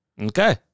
Okay